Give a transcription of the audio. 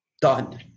done